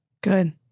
Good